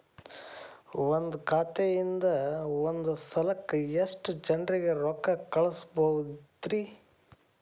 ಒಂದ್ ಖಾತೆಯಿಂದ, ಒಂದ್ ಸಲಕ್ಕ ಎಷ್ಟ ಜನರಿಗೆ ರೊಕ್ಕ ಕಳಸಬಹುದ್ರಿ?